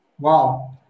Wow